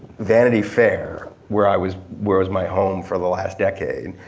vanity fair where i was, where was my home for the last decade.